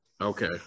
Okay